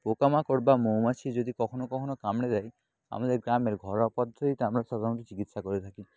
পোকা মাকড় বা মৌমাছি যদি কখনও কখনও কামড়ে দেয় আমাদের গ্রামের ঘরোয়া পদ্ধতিতে আমরা সাধারণত চিকিৎসা করে থাকি